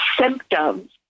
symptoms